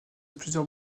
plusieurs